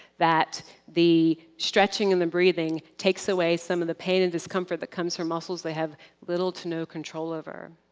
that the stretching and the breathing takes away some of the pain and discomfort that comes from muscles they have little to no control over.